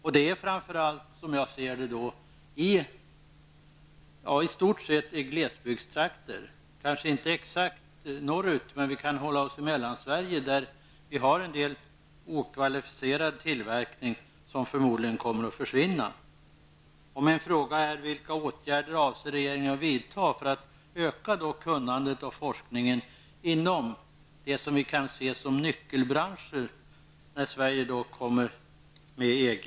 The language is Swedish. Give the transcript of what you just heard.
I stort sett gäller det glesbygdstrakter, kanske inte precis norrut. Vi kan hålla oss till Mellansverige, där det finns en del okvalificerad tillverkning som förmodligen kommer att försvinna. Min fråga är: Vilka åtgärder avser regeringen att vidta för att öka kunnandet och forskningen inom vad vi ser som nyckelbranscher när Sverige kommer med i EG?